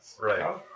Right